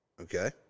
Okay